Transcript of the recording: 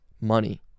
money